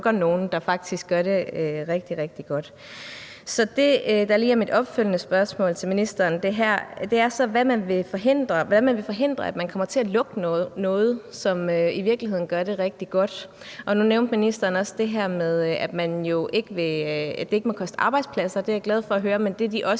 er, hvordan man vil forhindre, at man kommer til at lukke noget, som i virkeligheden gør det rigtig godt. Nu nævnte ministeren også det her med, at det ikke må koste arbejdspladser. Det er jeg glad for at høre,